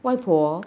外婆